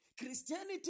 Christianity